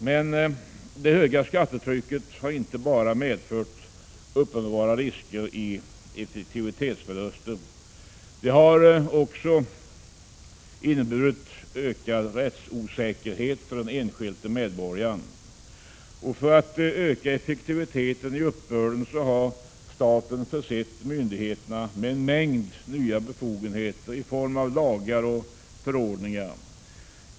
Men det höga skattetrycket har inte bara medfört uppenbara risker för effektivitetsförluster. Det har också inneburit ökad rättsosäkerhet för den enskilde medborgaren. För att öka effektiviteten i uppbörden har staten försett myndigheterna med en mängd nya befogenheter i form av lagar och förordningar.